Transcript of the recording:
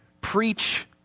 preach